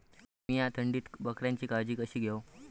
मीया थंडीत बकऱ्यांची काळजी कशी घेव?